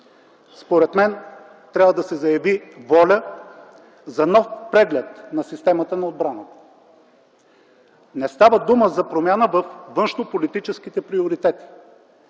Според мен трябва да се заяви воля за нов преглед на системата на отбраната. Не става дума за промяна във външнополитическите приоритети,